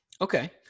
Okay